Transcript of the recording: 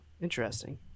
Interesting